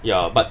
ya but